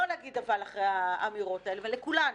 לא להגיד אבל אחרי האמירות האלה, ולכולנו,